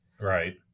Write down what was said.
Right